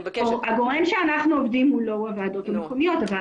הגורם שאנחנו עובדים מולו הוא הוועדות המקומיות.